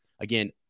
again